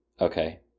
Okay